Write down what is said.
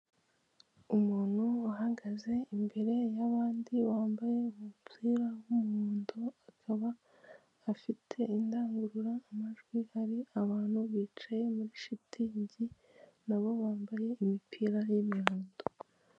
Umuntu uhagaze imbere y'abandi wambaye umupira w'umuhondo akaba afite indangururamajwi hari abantu bicaye mu ishitingi na bo bambaye imipira y'imihondo.